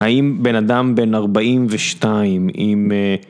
האם בן אדם בן ארבעים ושתיים, אם...